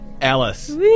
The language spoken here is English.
Alice